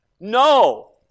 No